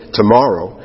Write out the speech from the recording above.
tomorrow